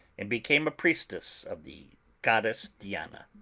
and be came a priestess of the goddess diana.